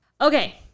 Okay